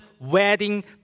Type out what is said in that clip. wedding